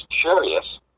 curious